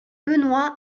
benoist